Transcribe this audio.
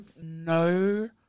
no